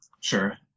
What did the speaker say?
Sure